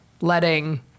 letting